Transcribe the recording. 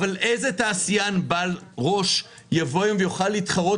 אבל איזה תעשיין בעל ראש יבוא היום ויוכל להתחרות